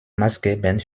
maßgebend